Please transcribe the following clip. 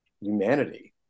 humanity